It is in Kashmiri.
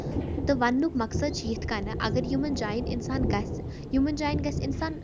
تہٕ وَننُک مقصد چھُ یِتھٕ کٔنۍ اَگر یِمن جاین اِنسان گژھِ یِمن جاین گژھِ اِنسان